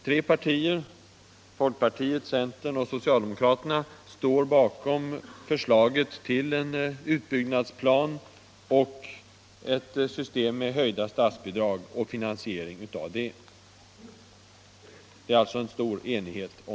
Tre partier står bakom förslaget till en utbyggnadsplan och ett system med höjda statsbidrag och finansiering av det.